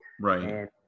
right